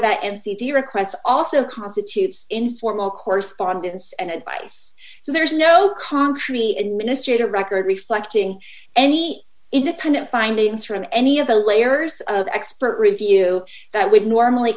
the requests also constitutes informal correspondence and advice so there's no concrete administrator record reflecting any independent findings from any of the layers of expert review that would normally